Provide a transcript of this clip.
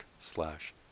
slash